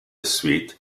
suite